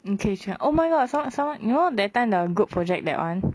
in cage oh my god as long as I you know that time the group project that one